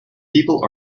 people